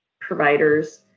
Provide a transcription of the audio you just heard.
providers